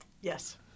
Yes